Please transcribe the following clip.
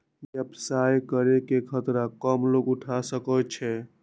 व्यवसाय करे के खतरा कम लोग उठा सकै छै